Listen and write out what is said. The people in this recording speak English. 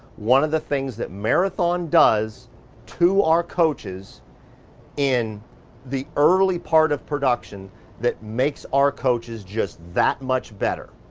one of the things that marathon does to our coaches in the early part of production that makes our coaches just that much better,